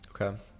Okay